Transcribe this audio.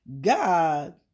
God